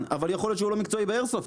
אבל יכול להיות שהוא לא מקצועי באיירסופט.